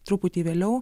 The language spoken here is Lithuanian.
truputį vėliau